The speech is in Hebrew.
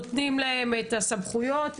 נותנים להם את הסמכויות.